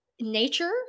nature